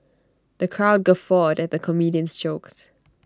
the crowd guffawed at the comedian's jokes